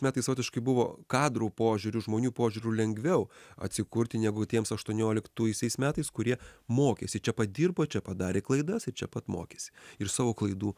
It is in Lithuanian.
metais chaotiškai buvo kadrų požiūriu žmonių požiūriu lengviau atsikurti negu tiems aštuonioliktaisiais metais kurie mokėsi čia padirbo čia padarė klaidas ir čia pat mokėsi ir savo klaidų